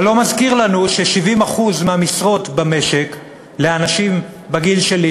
אבל לא מזכיר לנו ש-70% מהמשרות במשק לאנשים בגיל שלי,